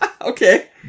Okay